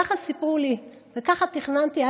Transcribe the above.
ככה סיפרו לי וככה תכננתי.